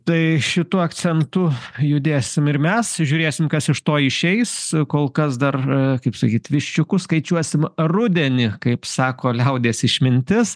tai šituo akcentu judėsim ir mes žiūrėsim kas iš to išeis kol kas dar kaip sakyt viščiukus skaičiuosim rudenį kaip sako liaudies išmintis